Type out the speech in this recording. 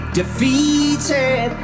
defeated